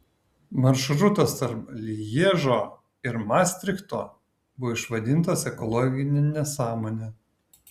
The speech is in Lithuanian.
maršrutas tarp lježo ir mastrichto buvo išvadintas ekologine nesąmone